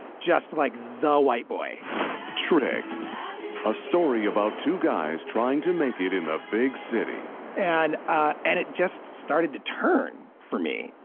just, like, the white boy trick a story about two guys trying to make it in the big city and ah and it just started to turn for me.